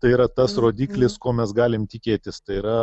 tai yra tas rodiklis ko mes galim tikėtis tai yra